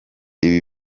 ibi